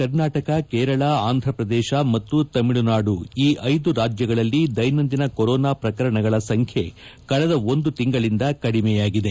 ಕರ್ನಾಟಕ ಕೇರಳ ಆಂಧಪ್ರದೇಶ ಮತ್ತು ತಮಿಳುನಾಡು ಈ ಐದು ರಾಜ್ಯಗಳಲ್ಲಿ ದೈನಂದಿನ ಕೊರೊನಾ ಪ್ರಕರಣಗಳ ಸಂಖ್ಯೆ ಕಳೆದ ಒಂದು ತಿಂಗಳಿನಿಂದ ಕಡಿಮೆಯಾಗಿದೆ